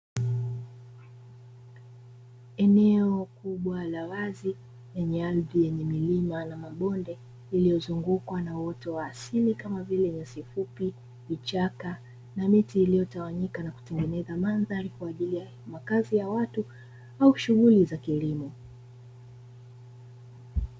Eneo kubwa la wazi lenye ardhi yenye milima na mabonde lililozungukwa na uoto wa asili kama vile nyasi fupi, vichaka na miti iliyotawanyika na kutengeneza mandhari kwaajili ya makazi ya watu au shughuli za kilimo.